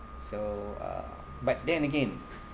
so uh but then again